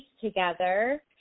together